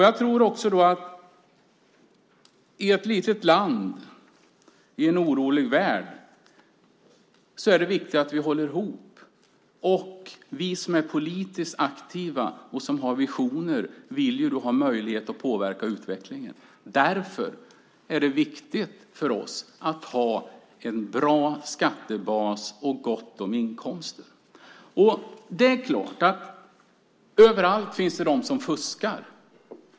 Jag tror också att det i ett litet land i en orolig värld är viktigt att vi håller ihop. Och vi som är politiskt aktiva och har visioner vill ju ha möjlighet att påverka utvecklingen. Därför är det viktigt för oss att ha en bra skattebas och gott om inkomster. Det är klart att det överallt finns de som fuskar.